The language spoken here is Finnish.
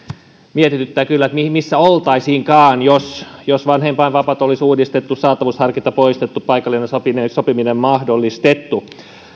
mietityttää kyllä missä oltaisiinkaan jos jos vanhempainvapaat olisi uudistettu saatavuusharkinta poistettu paikallinen sopiminen sopiminen mahdollistettu